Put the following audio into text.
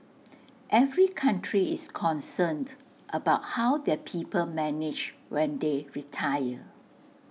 every country is concerned about how their people manage when they retire